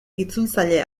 itzultzaile